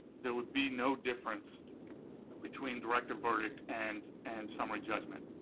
there would be no difference between direct verdict and and summary judgment.